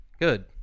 Good